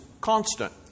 constant